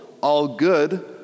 all-good